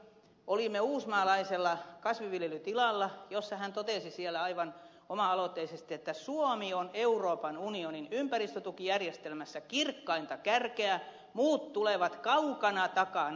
olimme uusmaalaisella kasvinviljelytilalla jolla hän totesi aivan oma aloitteisesti että suomi on euroopan unionin ympäristötukijärjestelmässä kirkkainta kärkeä muut tulevat kaukana takana